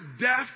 death